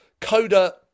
Coda